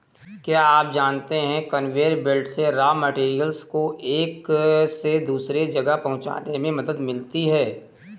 क्या आप जानते है कन्वेयर बेल्ट से रॉ मैटेरियल्स को एक से दूसरे जगह पहुंचने में मदद मिलती है?